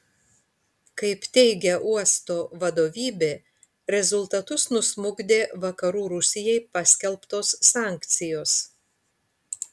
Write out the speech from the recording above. kaip teigia uosto vadovybė rezultatus nusmukdė vakarų rusijai paskelbtos sankcijos